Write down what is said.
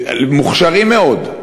מוכשרים מאוד,